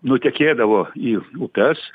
nutekėdavo į upes